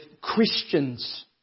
Christians